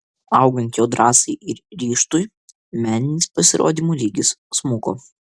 augant jo drąsai ir ryžtui meninis pasirodymo lygis smuko